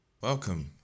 Welcome